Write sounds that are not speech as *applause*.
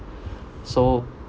*breath* so